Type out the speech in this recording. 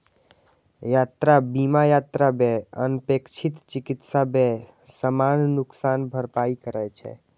यात्रा बीमा यात्रा व्यय, अनपेक्षित चिकित्सा व्यय, सामान नुकसानक भरपाई करै छै